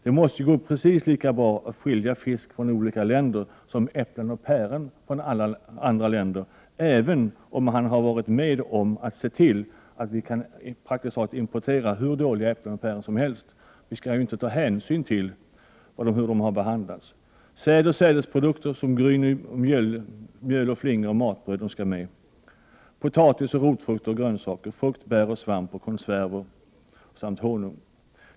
Det måste gå precis lika bra att skilja fisk från olika länder som att skilja äpplen och päron från olika länder — även om Kjell Johansson har varit med om att se till att vi kan importera praktiskt taget hur dåliga äpplen och päron som helst. Vi skall inte ta hänsyn till hur de har behandlats. Vidare skall säd och sädesprodukter som gryn, mjöl, flingor och matbröd stödjas liksom potatis, rotfrukter, grönsaker, frukt, bär, svamp, konserver och honung.